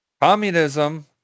Communism